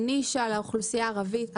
נישה לאוכלוסייה הערבית,